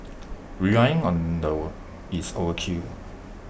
relying on the is overkill